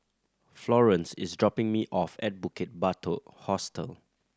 Florance is dropping me off at Bukit Batok Hostel